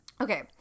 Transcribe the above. okay